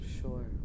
Sure